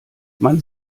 man